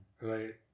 right